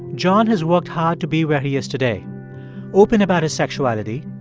john has worked hard to be what he is today open about his sexuality,